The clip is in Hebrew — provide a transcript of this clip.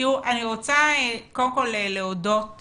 אני רוצה קודם כל להודות